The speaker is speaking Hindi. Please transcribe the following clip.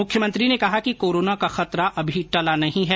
मुख्यमंत्री ने कहा कि कोरोना का खतरा अमी टला नहीं है